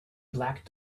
black